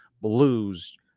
blues